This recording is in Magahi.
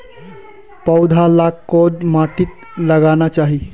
पौधा लाक कोद माटित लगाना चही?